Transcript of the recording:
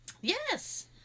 Yes